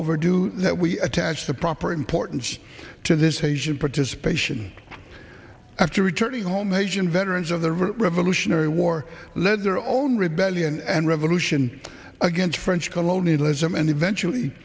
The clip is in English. overdue that we attach the proper importance to this asian participation after returning home asian veterans of the revolutionary war led their own rebellion and revolution against french colonialism and eventually